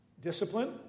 discipline